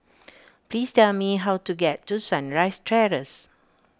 please tell me how to get to Sunrise Terrace